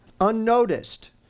unnoticed